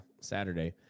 Saturday